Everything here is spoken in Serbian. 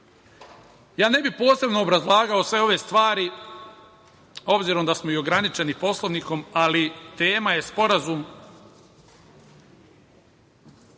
bih posebno obrazlagao sve ove stvari, obzirom da smo i ograničeni Poslovnikom, ali tema je Sporazum